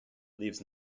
leaves